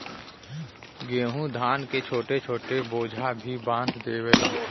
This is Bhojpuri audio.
गेंहू धान के छोट छोट बोझा भी बांध देवला